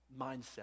mindset